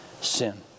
sin